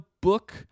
book